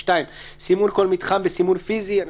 (2) סימון כל מתחם בסימון פיזי" אני